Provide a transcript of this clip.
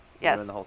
Yes